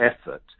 effort